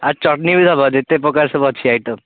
ଆଉ ଚଟଣି ବି ଦେବ ଯେତେ ପ୍ରକାର ସବୁ ଅଛି ଆଇଟମ୍